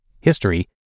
history